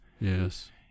Yes